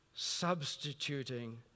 substituting